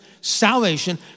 salvation